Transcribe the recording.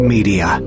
Media